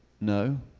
No